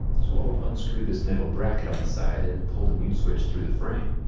so i'll unscrew this metal bracket on the side and pull the mute switch through the frame.